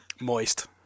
Moist